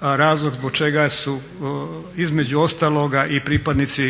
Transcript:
razlog zbog čega su između ostaloga i pripadnici